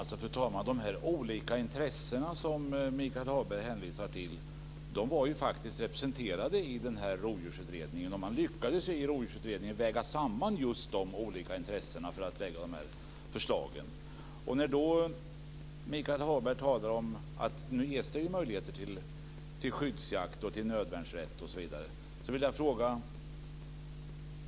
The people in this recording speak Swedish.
Fru talman! De olika intressen som Michael Hagberg hänvisar till var faktiskt representerade i Rovdjursutredningen, och man lyckades i den väga samman dessa olika intressen när man lade fram sina förslag. När Michael Hagberg talar om att det nu ges möjlighet till skyddsjakt, till nödvärnsrätt osv. vill jag ställa en fråga.